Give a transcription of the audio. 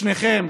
לשניכם,